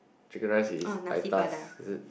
chicken rice is is it